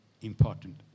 important